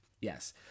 yes